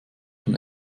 von